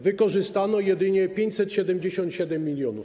Wykorzystano jedynie 577 mln.